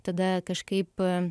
tada kažkaip